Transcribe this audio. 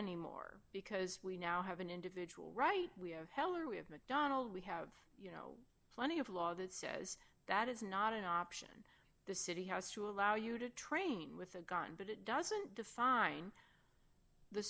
anymore because we now have an individual right we have hell or we have mcdonald we have you know plenty of law that says that is not an option the city has to allow you to train with a gun but it doesn't define the